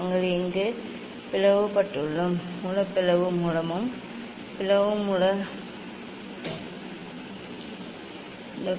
நாங்கள் இங்கே பிளவுபட்டுள்ளோம் மூல பிளவு மூலமும் பிளவு மூல மூல ஒளியும் லென்ஸில் விழுந்து இணையான கதிர்கள் வருகின்றன